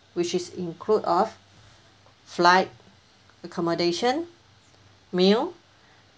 which is include of flight accommodation meal